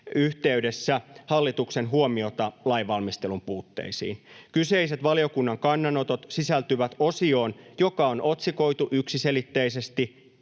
yhteydessä hallituksen huomiota lainvalmistelun puutteisiin. Kyseiset valiokunnan kannanotot sisältyvät osioon, joka on otsikoitu yksiselitteisesti